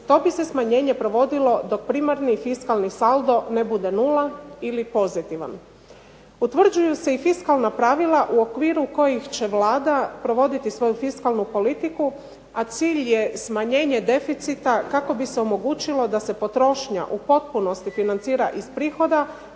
To bi se smanjenje provodilo dok primarni i fiskalni saldo ne bude nula ili pozitivan. Utvrđuju se i fiskalna pravila u okviru kojih će Vlada provoditi svoju fiskalnu politiku, a cilj je smanjenje deficita kako bi se omogućilo da se potrošnja u potpunosti financira iz prihoda,